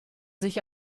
sich